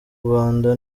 rwanda